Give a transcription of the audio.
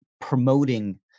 promoting